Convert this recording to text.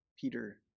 Peter